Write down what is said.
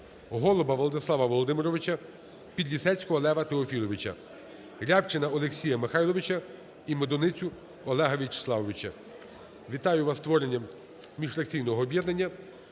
Голуба Владислава Володимировича, Підлісецького Лева Теофіловича, Рябчина Олексія Михайловича і Медуницю Олега Вячеславовича. Вітаю вас зі створенням міжфракційного об'єднання.